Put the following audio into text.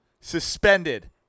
Suspended